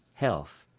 health.